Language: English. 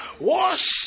Wash